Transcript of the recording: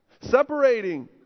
separating